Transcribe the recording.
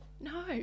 No